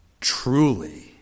Truly